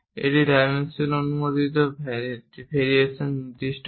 এটি ডাইমেনশনের অনুমোদিত ভেরিয়েশন নির্দিষ্ট করে